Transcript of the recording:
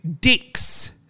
Dicks